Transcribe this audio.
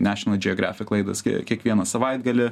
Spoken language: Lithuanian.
nešinal džeogrefik laidos gi kiekvieną savaitgalį